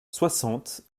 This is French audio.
soixante